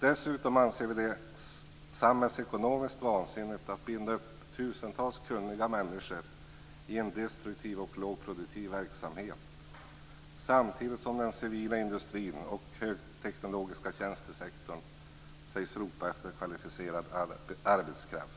Dessutom anser vi det samhällsekonomiskt vansinnigt att binda upp tusentals kunniga människor i en destruktiv och lågproduktiv verksamhet samtidigt som den civila industrin och högteknologiska tjänstesektorn sägs ropa efter kvalificerad arbetskraft.